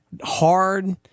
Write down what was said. hard